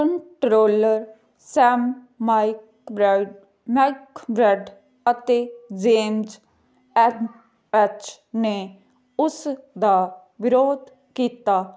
controller Sam McBride McBride ਅਤੇ James M H ਨੇ ਉਸ ਦਾ ਵਿਰੋਧ ਕੀਤਾ